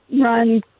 run